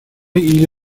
или